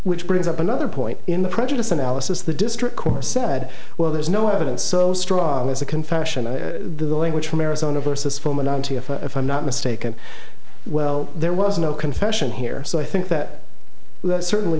which brings up another point in the prejudice analysis the district court said well there's no evidence so strong as a confession of the language from arizona versus foreman and i'm not mistaken well there was no confession here so i think that certainly